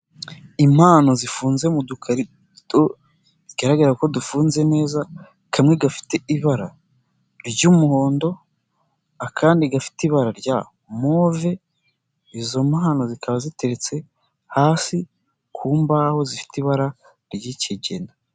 Impano zifunze mu dukarito bigaragara ko dufunze neza kamwe gafite ibara ry'umuhondo, akandi gafite ibara rya move, izo mpano zikaba ziteretse hasi ku mbaho zifite ibara ry'ikigina.